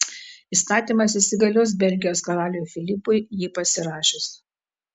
įstatymas įsigalios belgijos karaliui filipui jį pasirašius